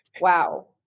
Wow